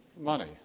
money